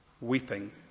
weeping